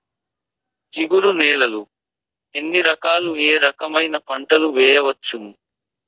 జిగురు నేలలు ఎన్ని రకాలు ఏ రకమైన పంటలు వేయవచ్చును?